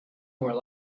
more